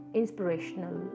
inspirational